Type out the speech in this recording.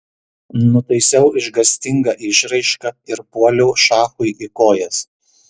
nutaisiau išgąstingą išraišką ir puoliau šachui į kojas